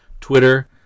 Twitter